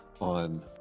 on